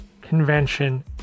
convention